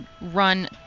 run